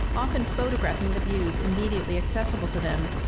often photographing the views immediately accessible to them,